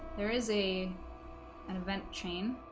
there is a an event chain